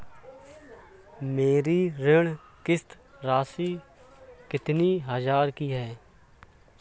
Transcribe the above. मेरी ऋण किश्त राशि कितनी हजार की है?